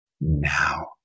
now